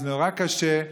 זה נורא קשה,